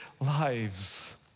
lives